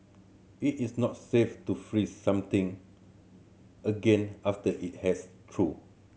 it is not safe to freeze something again after it has thawed